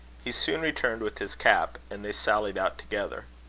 he soon returned with his cap, and they sallied out together.